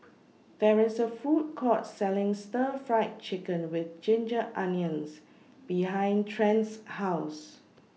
There IS A Food Court Selling Stir Fried Chicken with Ginger Onions behind Trent's House